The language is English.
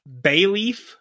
Bayleaf